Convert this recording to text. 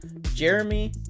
Jeremy